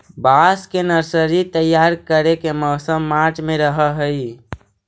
बांस के नर्सरी तैयार करे के मौसम मार्च में रहऽ हई